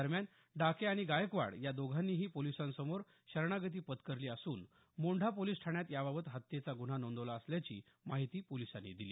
दरम्यान डाके आणि गायकवाड या दोघांनीही पोलिसांसमोर शरणागती पत्करली असून मोंढा पोलिस ठाण्यात याबाबत हत्येचा गुन्हा नोंदवला असल्याची माहिती पोलिसांनी दिली